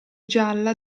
gialla